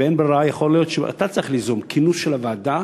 באין ברירה יכול להיות שאתה צריך ליזום כינוס של הוועדה